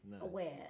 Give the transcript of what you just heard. aware